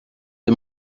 des